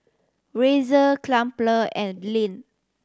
Razer Crumpler and Lindt